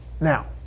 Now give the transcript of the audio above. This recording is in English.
Now